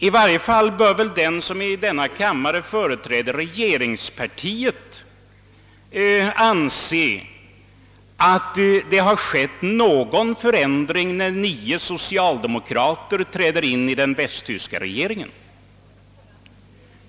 I varje fall bör väl den som i denna kammare företräder regeringspartiet anse, att det har skett någon förändring när nio socialdemokrater träder in i den västtyska regeringen.